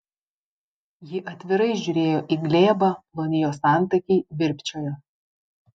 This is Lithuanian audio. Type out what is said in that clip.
ji atvirai žiūrėjo į glėbą ploni jos antakiai virpčiojo